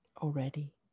already